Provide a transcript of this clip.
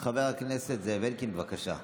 חבר הכנסת זאב אלקין, בבקשה.